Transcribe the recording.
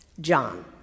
John